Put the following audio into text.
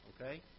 okay